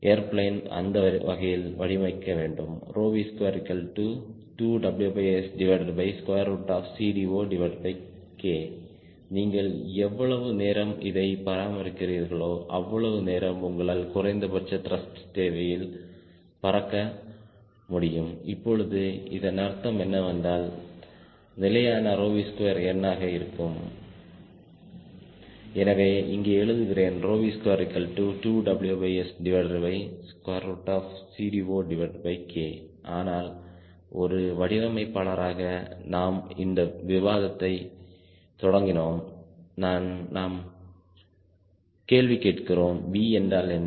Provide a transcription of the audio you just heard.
airplane அந்த வகையில் வடிவமைக்க வேண்டும் V22WSCD0K நீங்கள் எவ்வளவு நேரம் இதை பராமரிக்கிறீர்களோ அவ்வளவு நேரம் உங்களால் குறைந்தபட்ச த்ருஷ்ட் தேவையில் பறக்க முடியும்இப்பொழுது இதன் அர்த்தம் என்னவென்றால் நிலையான V2எண்ணாக இருக்கும் எனவே இங்கே எழுதுகிறேன் V22WSCD0K ஆனால் ஒரு வடிவமைப்பாளராக நாம் இந்த விவாதத்தை தொடங்கினோம் நாம் கேள்வி கேட்கிறோம் V என்றால் என்ன